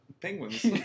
penguins